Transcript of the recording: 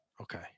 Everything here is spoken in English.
Okay